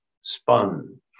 spun